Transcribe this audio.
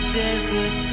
desert